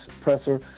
presser